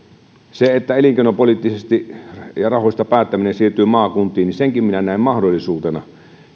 senkin että elinkeinopolitiikan rahoista päättäminen siirtyy maakuntiin minä näen mahdollisuutena